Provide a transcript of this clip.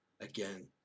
again